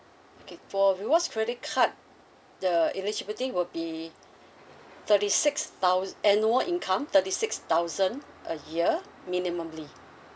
okay for rewards credit card the eligibility will be thirty six thous~ annual income thirty six thousand a year